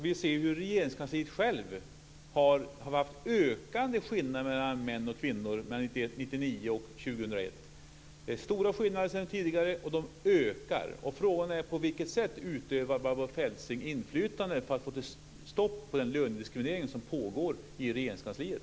Vi ser hur Regeringskansliet självt haft ökande skillnader mellan antalet män och kvinnor under åren 1991-1999 och år 2001. Det är stora skillnader jämfört med hur det var tidigare, och skillnaderna ökar. Frågan är: På vilket sätt utövar Barbro Feltzing inflytande för att få ett stopp på den lönediskriminering som pågår i Regeringskansliet?